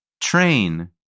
Train